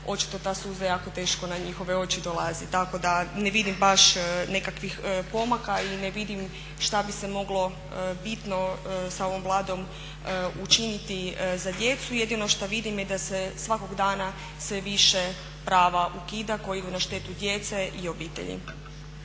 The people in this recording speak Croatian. očito ta suza jako teško na njihove oči dolazi. Tako da ne vidim baš nekakvih pomaka i ne vidim što bi se moglo bitno sa ovom Vladom učiniti za djecu. Jedino što vidim jest da se svakog dana sve više prava ukida koji idu na štetu djece i obitelji.